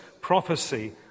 prophecy